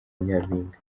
nyampinga